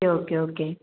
okay okay okay